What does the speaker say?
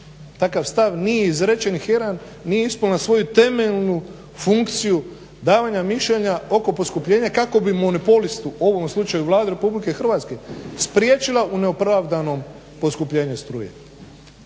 takav stav nije izrečen i HERA nije ispunila svoju temelju funkciju davanja mišljenja oko poskupljenja kako bi monopolistu u ovom slučaju Vladi RH spriječila neopravdano poskupljenje struje.